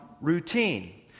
routine